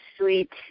sweet